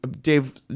Dave